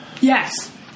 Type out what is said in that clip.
Yes